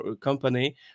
company